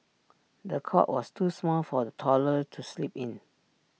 the cot was too small for the toddler to sleep in